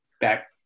back